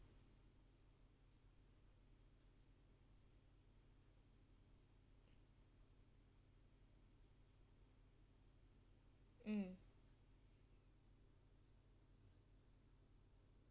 mm